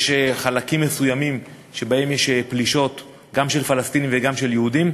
יש חלקים מסוימים שבהם יש פלישות גם של פלסטינים וגם של יהודים,